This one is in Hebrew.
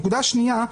נקודה שנייה,